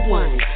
one